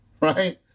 right